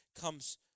comes